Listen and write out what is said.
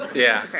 yeah.